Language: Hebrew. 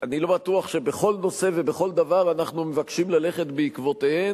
אני לא בטוח שבכל נושא ובכל דבר אנחנו מבקשים ללכת בעקבותיהן.